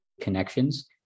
connections